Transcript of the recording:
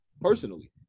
Personally